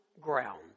ground